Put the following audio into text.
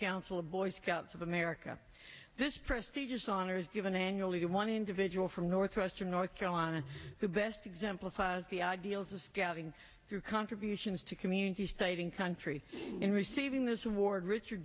council of boy scouts of america this prestigious honor given annually to one individual from northwestern north carolina the best exemplified the ideals of scouting through contributions to community stating country in receiving this award richard